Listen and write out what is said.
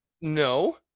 no